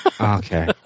Okay